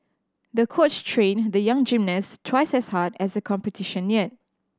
the coach trained the young gymnast twice as hard as the competition neared